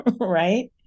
right